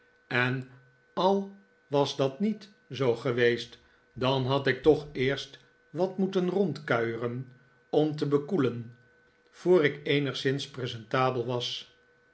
en al was dat niet zoo geweest dan had ik toch eerst wat moeten rondkuieren om te bekoelen voor ik eenigszins presentabel was